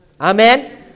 Amen